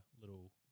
little